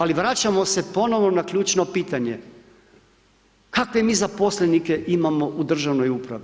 Ali vraćamo se ponovno na ključno pitanje, kakve mi zaposlenike imamo u državnoj upravi?